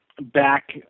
back